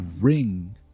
ring